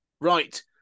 Right